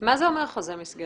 מה זה אומר, חוזה מסגרת?